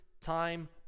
time